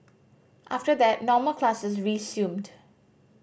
after that normal classes resumed